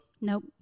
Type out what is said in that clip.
Nope